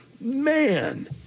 man